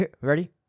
ready